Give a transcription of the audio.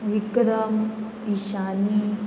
Vikram Ishani